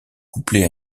couplée